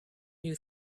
new